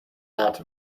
out